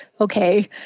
okay